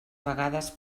vegades